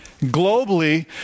Globally